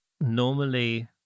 normally